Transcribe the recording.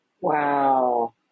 Wow